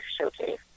Showcase